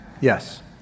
Yes